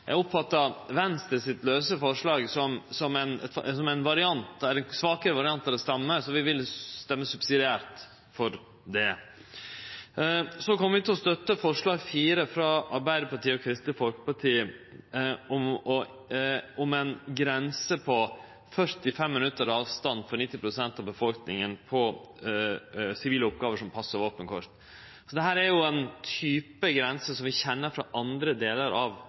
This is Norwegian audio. som ein svakare variant av det same, så vi vil stemme subsidiært for det. Så kjem vi til å støtte forslag nr. 4, frå Arbeidarpartiet og Kristeleg Folkeparti, om ei grense for avstand på 45 minutt for 90 pst. av befolkninga når det gjeld sivile oppgåver som pass og våpenkort. Dette er ein type grense som vi kjenner frå andre